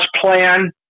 plan